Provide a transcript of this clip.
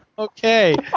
Okay